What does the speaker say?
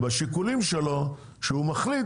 שבשיקולים שלו שהוא מכניס,